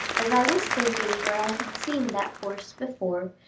as i was thinking where i had seen that horse before,